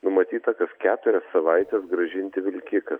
numatyta kas keturias savaites grąžinti vilkiką